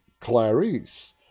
Clarice